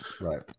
right